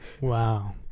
Wow